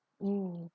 mm